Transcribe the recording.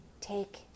Take